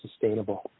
sustainable